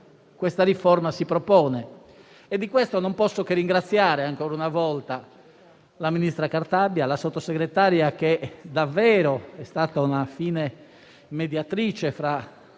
questa riforma si propone. Di questo non posso che ringraziare, ancora una volta, la ministra Cartabia e la Sottosegretaria, che davvero è stata una fine mediatrice fra